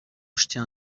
acheter